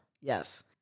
Yes